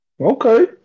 Okay